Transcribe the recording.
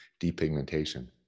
depigmentation